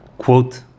Quote